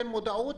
אין מודעות.